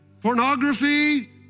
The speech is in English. pornography